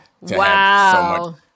Wow